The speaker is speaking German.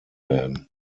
werden